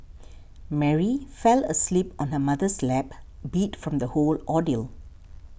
Mary fell asleep on her mother's lap beat from the whole ordeal